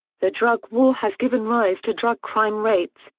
the drug war has given rise to drug crime rates,